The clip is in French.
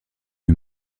lui